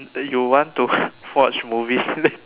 then you want to watch movies late